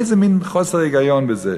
איזה מין חוסר היגיון בזה.